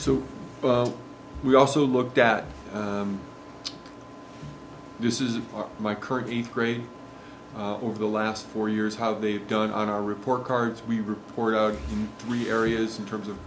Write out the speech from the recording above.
so we also looked at this is my current eighth grade over the last four years how they've done on our report cards we report three areas in terms of